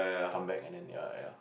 come back and then ya ya